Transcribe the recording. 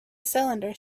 cylinder